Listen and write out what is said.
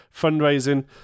fundraising